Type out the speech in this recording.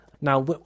Now